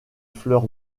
fleur